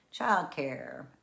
childcare